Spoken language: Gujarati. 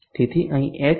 તેથી અહીં Hat